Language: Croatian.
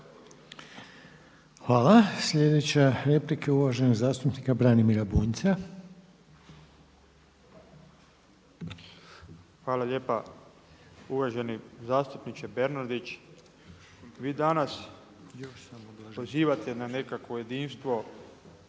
Hvala. Sljedeća replika je uvaženog zastupnika Branimira Bunjca. **Bunjac, Branimir (Živi zid)** Hvala lijepa. Uvaženi zastupniče Bernardić, vi danas pozivate na nekakvo jedinstvo